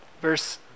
Verse